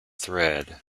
thread